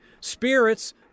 spirits